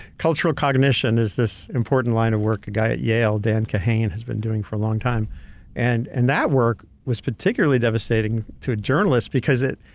cultural cognition is this important line of work a guy at yale, dan kahan, has been doing for a long time, and and that work was particularly devastating to a journalist, because it.